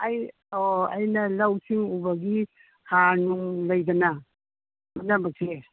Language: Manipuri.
ꯑꯩ ꯑꯣ ꯑꯩꯅ ꯂꯧꯁꯤꯡ ꯎꯕꯒꯤ ꯍꯥꯔꯅꯨꯡ ꯂꯩꯗꯅ ꯄꯨꯝꯅꯃꯛꯁꯦ